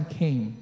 came